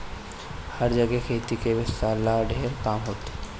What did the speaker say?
हर जगे खेती के विस्तार ला ढेर काम होता